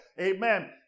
Amen